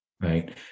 right